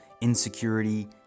insecurity